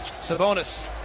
Sabonis